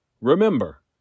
Remember